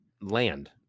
land